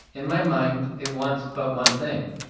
in my mind it wants but one thing.